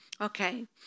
Okay